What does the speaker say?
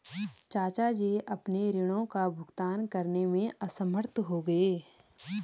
चाचा जी अपने ऋणों का भुगतान करने में असमर्थ हो गए